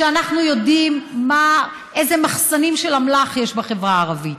ואנחנו יודעים איזה מחסנים של אמל"ח יש בחברה הערבית.